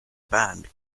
band